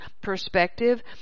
perspective